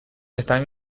están